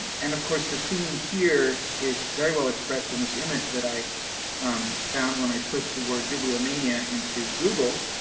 and of course, the theme here is very well expressed in this image that i found when i put the word bibliomania into google,